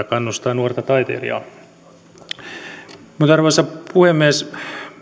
kannustaa nuorta taiteilijaa arvoisa puhemies